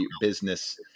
business